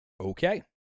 Okay